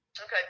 Okay